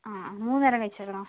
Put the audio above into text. ആ ആ മൂന്ന് നേരം കഴിച്ചിരുന്നോ